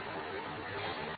ಮೌಲ್ಯವನ್ನು ಪಡೆಯುತ್ತಿದ್ದೇವೆ